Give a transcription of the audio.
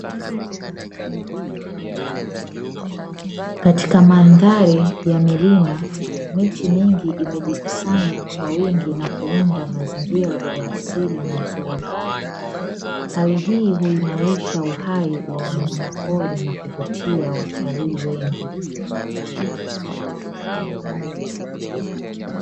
katika mandhari ya milima, miti mingi imejikusanya kwa wingi na kuunda mazingira ya asili mazuri. Hali hii huimarisha uhai wa wanyamapori na kuvutia watalii wengi.